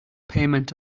payment